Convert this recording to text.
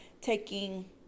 taking